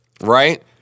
Right